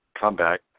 comeback